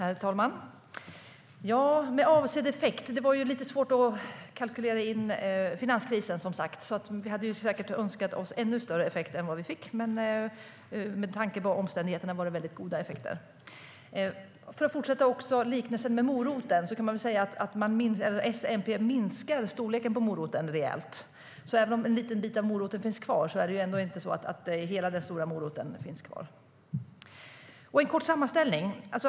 Herr talman! Det var frågan om avsedd effekt. Det var lite svårt att kalkylera in finanskrisen. Vi hade säkert önskat oss ännu större effekt än vad vi fick, men med tanke på omständigheterna var det goda effekter. Låt mig fortsätta med liknelsen med moroten. S och MP minskar storleken på moroten rejält. Även om en liten bit av moroten finns kvar är det ändå inte så att hela moroten finns kvar. Låt mig göra en kort sammanställning.